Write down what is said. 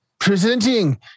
Presenting